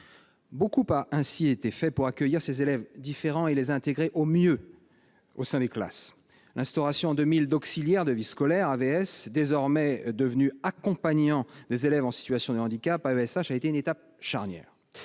beaucoup a été fait pour accueillir ces élèves différents et les intégrer au mieux au sein des classes. L'instauration, en 2000, d'auxiliaires de vie scolaire, ou AVS, désormais devenus accompagnants des élèves en situation de handicap, ou AESH, a été une étape charnière.